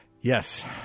Yes